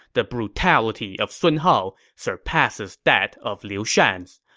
the brutality of sun hao surpasses that of liu shan's.